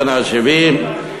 בן ה-70.